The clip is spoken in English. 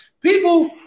People